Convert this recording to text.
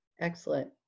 excellent